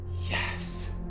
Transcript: Yes